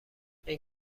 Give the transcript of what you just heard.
این